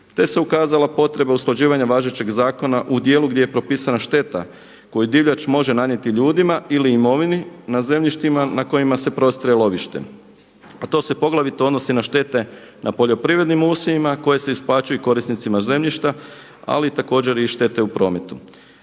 te se ukazala potreba usklađivanja važećeg zakona u dijelu gdje je propisana šteta koju divljač može nanijeti ljudima ili imovini na zemljištima na kojima se prostire lovište. A to se poglavito odnosi na štete na poljoprivrednim usjevima koje se isplaćuju i korisnicima zemljišta, ali također i štete u prometu.